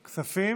כספים.